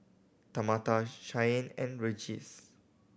Tamatha Shyanne and Regis